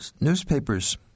newspapers